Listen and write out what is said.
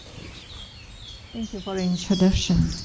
thank so thank you for introduction.